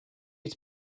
you